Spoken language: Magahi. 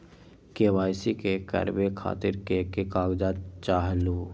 के.वाई.सी करवे खातीर के के कागजात चाहलु?